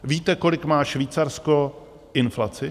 Víte, kolik má Švýcarsko inflaci?